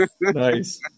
Nice